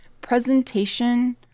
presentation